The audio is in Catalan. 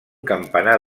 campanar